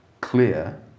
clear